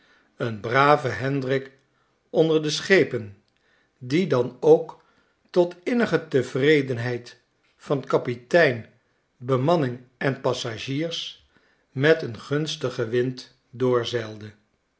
een brave hendrik onder de schepen die dan ook tot innige tevredenheid van kapitein bemanning en passagiers met een gunstigen wind